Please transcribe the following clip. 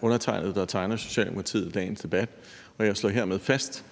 undertegnede, der tegner Socialdemokratiet i dagens debat, og jeg slår hermed fast,